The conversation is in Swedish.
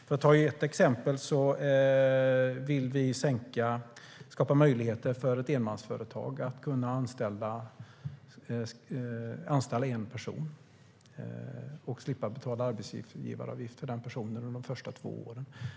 För att ta ett exempel vill vi skapa möjligheter för enmansföretag att anställa en person och slippa betala arbetsgivaravgift för denna person under de första två åren.